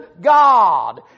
God